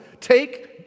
Take